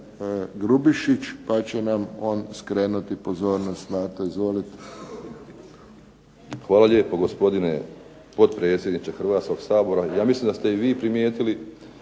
Hvala lijepo gospodine potpredsjedniče Hrvatskog sabora. Ja mislim da ste i vi primijetili